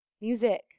Music